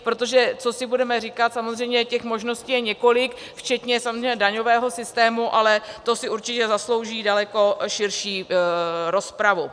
Protože co si budeme říkat, samozřejmě těch možností je několik včetně daňového systému, ale to si určitě zaslouží daleko širší rozpravu.